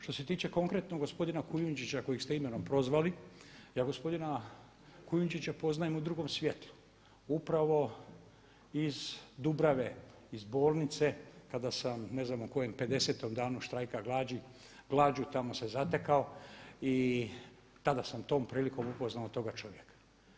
Što se tiče konkretno gospodina Kujundžića kojeg ste imenom prozvali ja gospodina Kujundžića poznajem u drugom svjetlu, upravo iz Dubrave, iz bolnice kada sam ne znam u kojem pedesetom danu štrajka glađu tamo se zatekao i tada sam tom prilikom upoznao toga čovjeka.